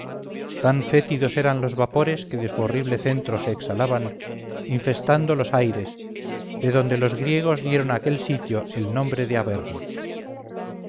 tan fétidos eran los vapores que de su horrible centro se exhalaban infestando los aires de donde los griegos dieron a aquel sitio el nombre de averno